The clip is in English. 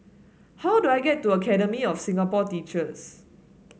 how do I get to Academy of Singapore Teachers